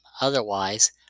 otherwise